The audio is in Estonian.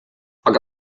aga